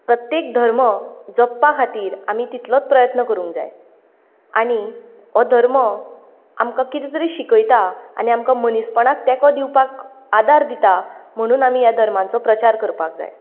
प्रत्येक धर्म जगपा खातीर आमी तितलोच प्रयत्न करूंक जाय आनी हो धर्म आमकां कितें तरी शिकयता आनी आमकां मनीसपणाक तेंको दिवपाक आदार दिता म्हुणून आमी ह्या धर्माचो प्रचार करपाक जाय